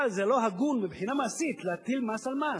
אבל זה לא הגון, מבחינה מעשית, להטיל מס על מס,